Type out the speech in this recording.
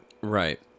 Right